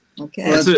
Okay